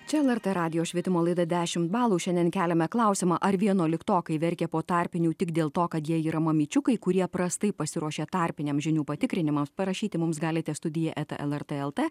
čia lrt radijo švietimo laida dešimt balų šiandien keliame klausimą ar vienuoliktokai verkė po tarpinių tik dėl to kad jie yra mamyčiukai kurie prastai pasiruošė tarpiniam žinių patikrinimams parašyti mums galite studija eta lrt el t